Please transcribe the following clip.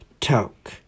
Talk